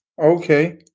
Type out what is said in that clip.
Okay